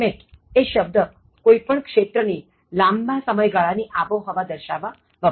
Climate એ શબ્દ કોઇ પણ ક્ષેત્રની લાંબા સમયગાળા ની આબોહવા દર્શાવવા વપરાય છે